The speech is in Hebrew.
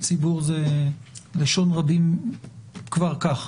ציבור היא לשון רבים כבר כך,